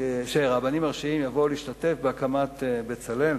שהרבנים הראשיים יבואו להשתתף בהקמת "בצלאל"?